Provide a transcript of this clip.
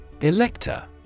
elector